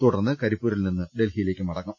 തുടർന്ന് കരിപ്പൂരിൽ നിന്ന് ഡൽഹിയിലേക്ക് മടങ്ങും